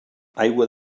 aigua